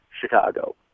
Chicago